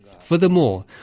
Furthermore